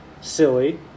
silly